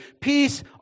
Peace